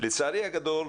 לצערי הגדול,